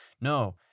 no